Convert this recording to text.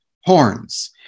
horns